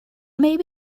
maybe